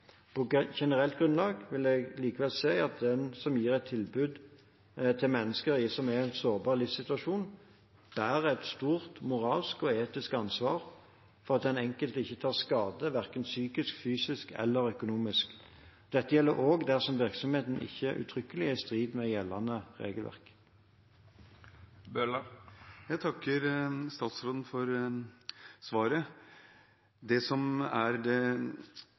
På generelt grunnlag vil jeg likevel si at den som gir et tilbud til mennesker som er i en sårbar livssituasjon, bærer et stort moralsk og etisk ansvar for at den enkelte ikke tar skade verken psykisk, fysisk eller økonomisk. Dette gjelder også dersom virksomheten ikke uttrykkelig er i strid med gjeldende regelverk. Jeg takker statsråden for svaret. Det som er det